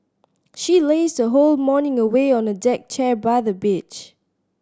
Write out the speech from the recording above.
she lazed her whole morning away on a deck chair by the beach